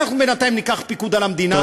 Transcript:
אנחנו בינתיים ניקח פיקוד על המדינה.